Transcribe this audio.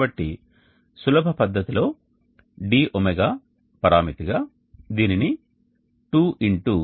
కాబట్టి సులభ పద్ధతిలో dω పరామితి గా దీనిని 2 X